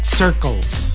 circles